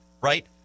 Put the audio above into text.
Right